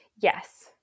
Yes